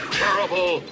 terrible